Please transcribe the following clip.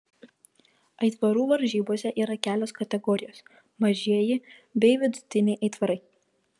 aitvarų varžybose yra kelios kategorijos mažieji bei vidutiniai aitvarai